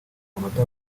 munota